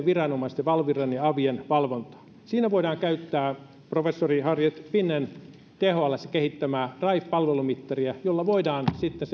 viranomaisten valviran ja avien valvontaa siinä voidaan käyttää professori harriet finnen thlssä kehittämää rai palvelumittaria jolla voidaan sitten